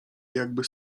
jakby